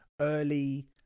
early